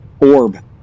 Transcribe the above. Orb